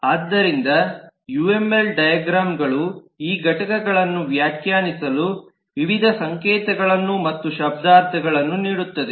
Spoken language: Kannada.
ಆದ್ದರಿಂದ ಯುಎಂಎಲ್ ಡೈಗ್ರಾಮ್ಗಳು ಈ ಘಟಕಗಳನ್ನು ವ್ಯಾಖ್ಯಾನಿಸಲು ವಿವಿಧ ಸಂಕೇತಗಳನ್ನು ಮತ್ತು ಶಬ್ದಾರ್ಥಗಳನ್ನು ನೀಡುತ್ತದೆ